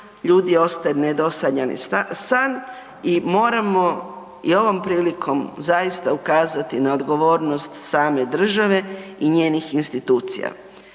ljudi ostaje nedosanjani san i moramo i ovom prilikom zaista ukazati na odgovornost same države i njenih institucija.